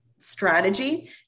strategy